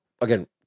again